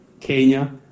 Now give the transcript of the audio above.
Kenya